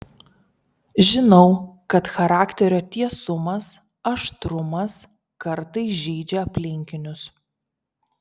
žinau kad charakterio tiesumas aštrumas kartais žeidžia aplinkinius